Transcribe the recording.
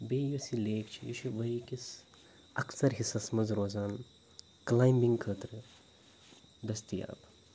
بییہِ یُس یہِ لیک چھُ یہِ چھُ ؤرۍیِکِس اکثَر حِصَس منٛز روزان کٕلایِںبِنٛگ خٲطرٕ دستِیاب